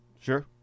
Sure